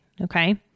Okay